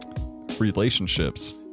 relationships